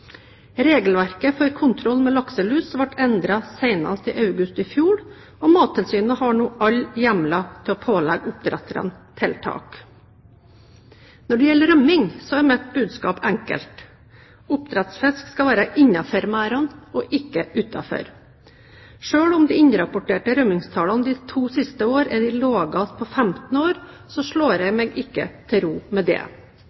Regelverket for kontroll med lakselus ble endret senest i august i fjor, og Mattilsynet har nå alle hjemler til å pålegge oppdretterne tiltak. Når det gjelder rømming, er mitt budskap enkelt: Oppdrettsfisk skal være innenfor merdene og ikke utenfor. Selv om de innrapporterte rømmingstallene de to siste årene er de laveste på 15 år, slår jeg meg ikke til ro med det.